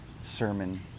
sermon